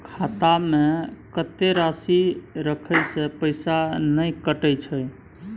खाता में कत्ते राशि रखे से पैसा ने कटै छै?